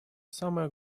самое